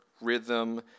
rhythm